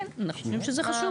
כן, אנחנו חושבים שזה חשוב.